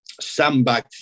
sandbag